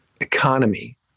economy